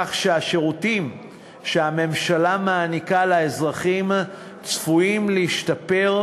כך שהשירותים שהממשלה מעניקה לאזרחים צפויים להשתפר,